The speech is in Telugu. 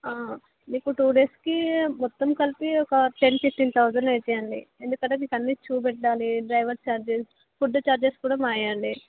మీకు టూ డేస్కి మొత్తం కలిపి ఒక టెన్ ఫిఫ్టీన్ థౌసండ్ అవుతాయి అండి ఎందుకంటే మీకు అన్నీ చూపెట్టాలి డ్రైవర్ చార్జెస్ ఫుడ్ చార్జెస్ కూడా మావి అండి